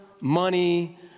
money